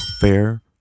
fair